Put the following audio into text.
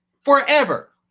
forever